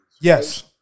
Yes